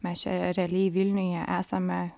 mes čia realiai vilniuje esame